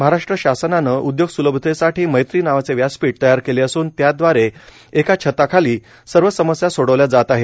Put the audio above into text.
महाराष्ट्र शासनाने उद्योग सुलभतेसाठी मैत्री नावाचे व्यासपीठ तयार केले असून त्याद्वारे एका छताखाली सर्व समस्या सोडवल्या जात आहेत